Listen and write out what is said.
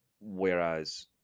whereas